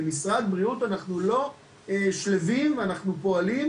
כמשרד הבריאות אנחנו לא שלווים עם המחיר